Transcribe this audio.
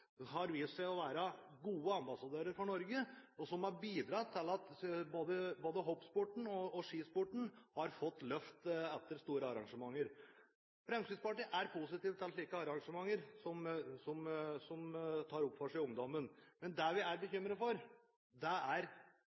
har vist seg å være gode ambassadører for Norge, og de har bidratt til at både hoppsporten og skisporten har fått løft etter store arrangementer. Fremskrittspartiet er positiv til arrangementer som tar for seg ungdommen. Men det vi er bekymret for, er at breddeidretten blir lidende fordi vi bevilger mange penger til et så stort arrangement. Det er